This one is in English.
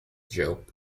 joke